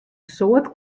soad